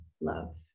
love